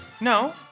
no